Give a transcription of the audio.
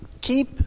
Keep